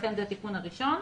זה התיקון הראשון.